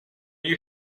you